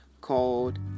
called